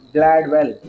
Gladwell